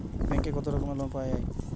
ব্যাঙ্কে কত রকমের লোন পাওয়া য়ায়?